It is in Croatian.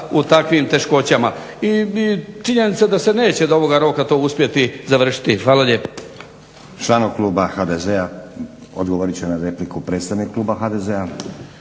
u takvim teškoćama. I činjenica da se neće do ovoga roka to uspjeti završiti. Hvala lijepa.